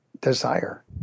desire